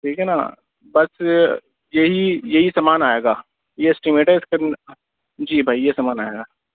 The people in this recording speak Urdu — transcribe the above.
ٹھیک ہے نا بس یہی یہی سامان آئے گا یہ اسٹیمٹ ہے اس کے جی بھائی یہ سامان آئے گا